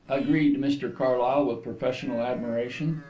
agreed mr carlyle, with professional admiration.